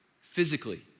physically